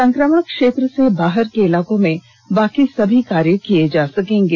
संक्रमण क्षेत्र से बाहर के इलाकों में बाकी सभी कार्य किए जा सकेंगे